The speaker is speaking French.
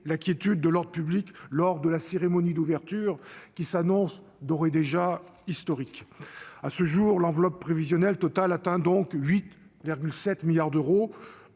la quiétude de l'ordre public lors de la cérémonie d'ouverture, qui s'annonce d'ores et déjà historique. À ce jour, l'enveloppe prévisionnelle totale atteint donc 8,7 milliards d'euros.